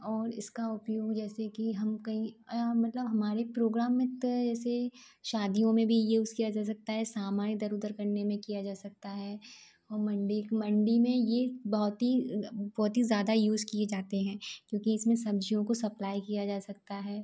और इसका उपयोग जैसे कि हम कहीं या मतलब हमारे प्रोग्राम में तो जैसे शादियों में भी ये यूज़ किया जा सकता है सामान इधर उधर करने में किया जा सकता है और मंडी मंडी में ये बहुत ही बहुत ही ज़्यादा यूज़ किए जाते हैं क्योंकी इसमें सब्ज़ियों को सप्लाई किया जा सकता है